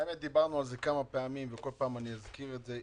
דיברנו על זה כמה פעמים וכל פעם אזכיר את זה,